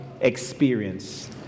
experience